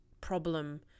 problem